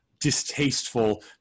distasteful